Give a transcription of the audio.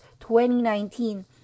2019